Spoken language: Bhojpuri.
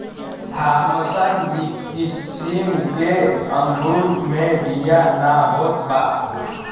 थामसन किसिम के अंगूर मे बिया ना होत बा